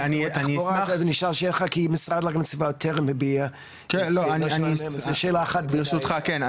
כי משרד להגנת הסביבה יותר מביע --- ברשותך כן.